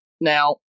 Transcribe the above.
Now